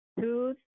tooth